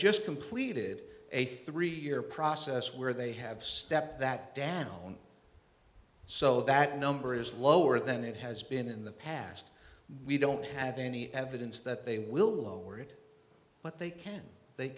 just completed a three year process where they have stepped that down so that number is lower than it has been in the past we don't have any evidence that they will lower it but they can they